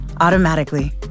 automatically